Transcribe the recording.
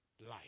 life